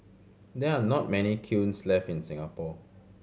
there are not many kilns left in Singapore